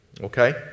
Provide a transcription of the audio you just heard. Okay